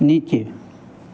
नीचे